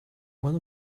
one